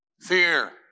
Fear